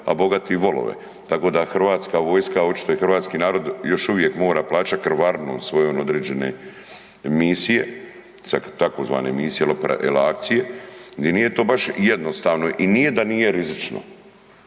a bogati volove“, tako da hrvatska vojska a očito i hrvatski narod još uvijek mora plaćati krvarinu svoju na određene misije sa tzv. misije ili akcije gdje nije to baš jednostavno i nije da nije rizično.